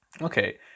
okay